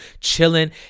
chilling